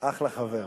אחלה חבר.